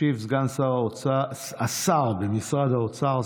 ישיב השר במשרד האוצר,